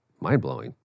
mind-blowing